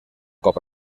cop